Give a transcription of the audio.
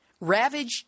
ravaged